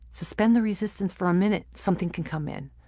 suspend the resistance for a minute, something can come in,